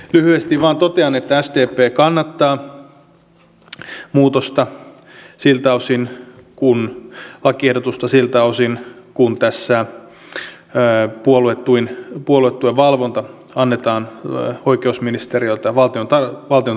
lyhyesti vain totean että sdp kannattaa muutosta siltä osin lakiehdotusta siltä osin kuin tässä puoluetuen valvonta annetaan oikeusministeriöltä valtiontalouden tarkastusvirastolle